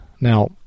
Now